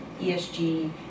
ESG